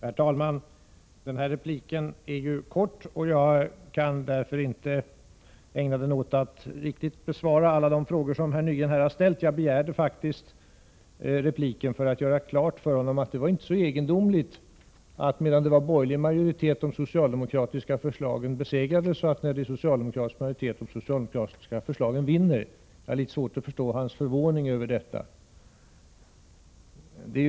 Herr talman! Den här repliken är kort. Jag kan därför inte ägna den åt att riktigt besvara alla de frågor som Arne Nygren här har ställt. Jag begärde faktiskt repliken för att göra klart för honom att det inte var så egendomligt att de socialdemokratiska förslagen besegrades när det var borgerlig majoritet och att de socialdemokratiska förslagen vinner när det är socialdemokratisk majoritet. Jag har litet svårt att förstå hans förvåning över detta.